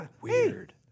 Weird